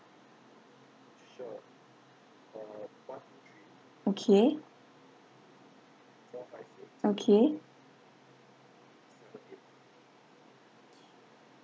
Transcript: okay okay